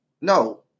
No